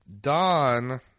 Don